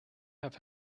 have